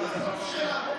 אנחנו במשטר פרלמנטרי,